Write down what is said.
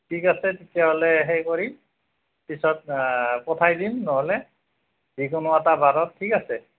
ঠিক আছে তেতিয়াহ'লে হেৰি কৰিম পিছত পঠাই দিম নহ'লে যিকোনো এটা বাৰত ঠিক আছে